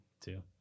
two